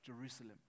Jerusalem